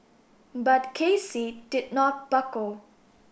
but K C did not buckle